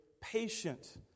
patient